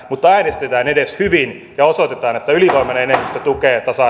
mutta äänestetään edes hyvin ja osoitetaan että ylivoimainen enemmistö tukee tasa